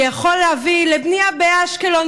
שיכול להביא לבנייה באשקלון,